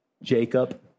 Jacob